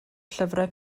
llyfrau